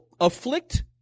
Afflict